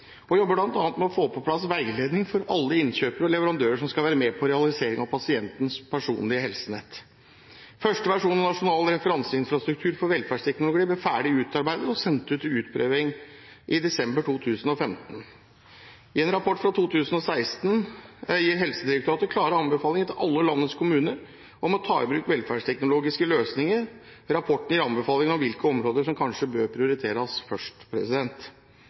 og jobber bl.a. med å få på plass veiledning for alle innkjøpere og leverandører som skal være med på realiseringen av pasientens personlige helsenett. Første versjon av nasjonal referansearkitektur for velferdsteknologi ble ferdig utarbeidet og sendt ut til utprøving i desember 2015. I en rapport fra 2016 gir Helsedirektoratet klare anbefalinger til alle landets kommuner om å ta i bruk velferdsteknologiske løsninger. Rapporten gir anbefalinger om hvilke områder som kanskje bør prioriteres først,